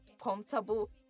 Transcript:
comfortable